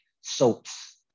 soaps